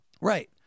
Right